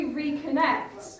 reconnect